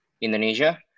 Indonesia